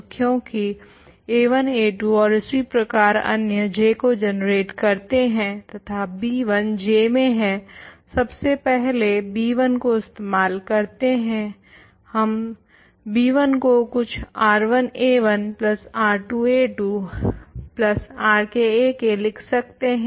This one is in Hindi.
तो क्यूंकि a1 a2 ओर इसी प्रकार अन्य J को जनरेट करते हैं तथा b1 J में है सबसे पहले b1 को इस्तेमाल करते हैं हम b1 को कुछ r1a1 plus r2a2 plus rkak लिख सकते हैं